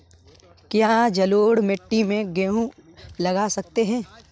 क्या जलोढ़ मिट्टी में गेहूँ लगा सकते हैं?